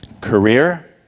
Career